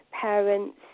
parents